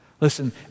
Listen